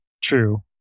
true